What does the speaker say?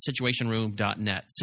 situationroom.net